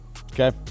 Okay